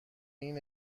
این